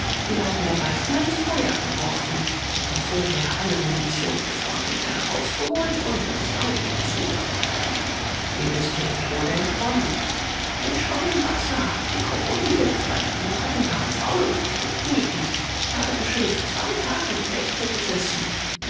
die leichen der weißen ins feuer geworfen hätten vorher alle munition und vorräte herausgeholt und das weite gesucht wie bist du dem tode entronnen ich schwamm im wasser die krokodile die fleisch genug hatten waren faul und verfolgten mich nicht ich habe im schilf zwei tage und nächte gesessen